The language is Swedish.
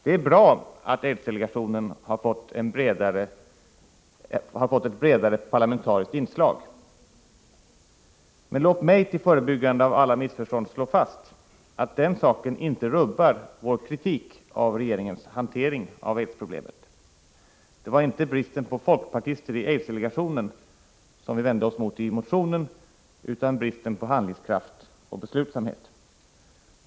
Det är bra att aidsdelegationen har fått ett bredare parlamentariskt inslag. Men låt mig, för att förebygga varje form av missförstånd, slå fast att det inte rubbar vår kritik mot regeringens hantering av aidsproblemet. Det var inte bristen på folkpartister i aidsdelegationen som vi vände oss mot i motionen utan bristen på handlingskraft och beslutsamhet.